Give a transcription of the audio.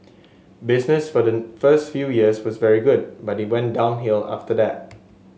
business for the first few years was very good but it went downhill after that